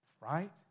right